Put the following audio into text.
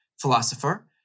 philosopher